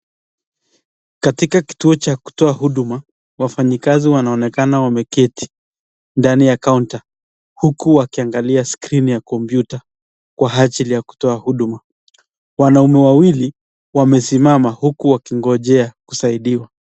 Katika kituo cha kutoa huduma, wafanyakazi wanaonekana wameketi ndani ya kaunta, huku wakiangalia skrini ya kompyuta, kwa ajili ya kutoa huduma. Wanaume wawili wamesimama, huku wakingojea kusaidiwa.